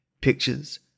pictures